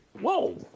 Whoa